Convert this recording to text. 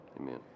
Amen